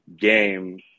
game